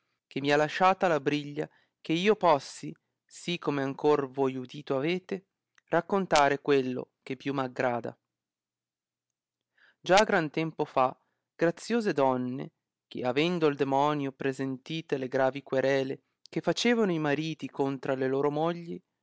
che mi ha lasciata la briglia che io possi sì come ancor voi udito avete raccontare quello che più m aggrada già gran tempo fa graziose donne che avendo il demonio presentite le gravi querele che facevano i mariti contra le loro mogli